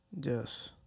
Yes